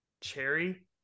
Cherry